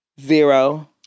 Zero